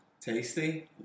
Tasty